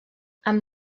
amb